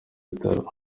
bitaro